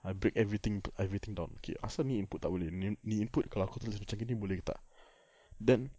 I break everything to everything down okay apasal ini input tak boleh ni ni input kalau aku tulis macam gini boleh ke tak then